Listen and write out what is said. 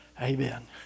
Amen